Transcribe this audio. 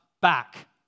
back